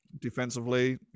Defensively